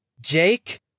Jake